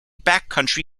backcountry